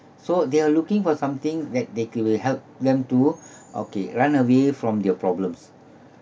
so they are looking for something that they could've helped them to okay run away from their problems